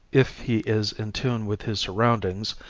if he is in tune with his surroundings,